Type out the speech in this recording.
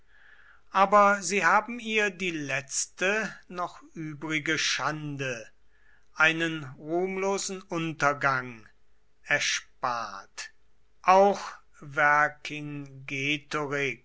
aber sie haben ihr die letzte noch übrige schande einen ruhmlosen untergang erspart auch vercingetorix